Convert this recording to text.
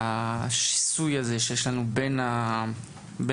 והשיסוי שיש לנו בין המגזרים,